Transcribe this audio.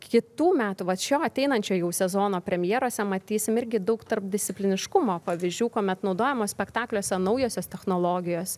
kitų metų vat šio ateinančio sezono premjerose matysim irgi daug tarpdiscipliniškumo pavyzdžių kuomet naudojamos spektakliuose naujosios technologijos